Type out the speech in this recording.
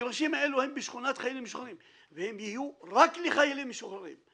המגרשים האלו הם בשכונת חיילים משוחררים והם יהיו רק לחיילים משוחררים,